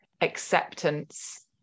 acceptance